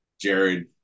Jared